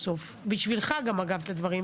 בשבילך, אגב, הדברים.